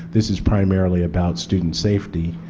this is primarily about student safety.